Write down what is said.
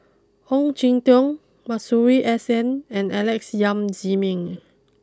Ong Jin Teong Masuri S N and Alex Yam Ziming